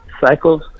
cycles